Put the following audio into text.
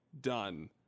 done